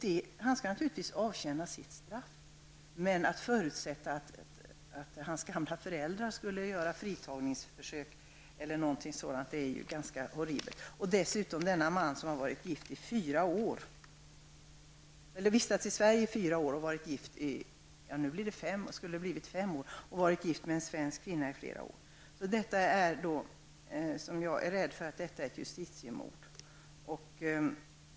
Han skall naturligtvis avtjäna sitt straff. Men att man förutsätter att gamla föräldrar skulle göra fritagningsförsök eller något annat är ganska horribelt. Denna man har dessutom vistats i Sverige i nästan fem år och varit gift med en svensk kvinna i flera år. Jag är rädd för att detta är ett justitiemord.